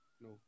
no